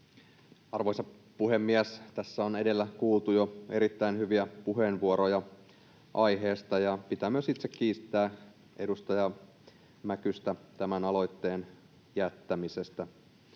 Arvoisa puhemies! Tässä on jo edellä kuultu erittäin hyviä puheenvuoroja aiheesta, ja pitää myös itse kiittää edustaja Mäkystä tämän aloitteen jättämisestä.